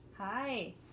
Hi